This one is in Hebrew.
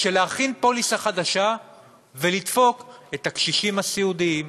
של להכין פוליסה חדשה ולדפוק את הקשישים הסיעודיים,